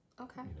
okay